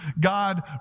God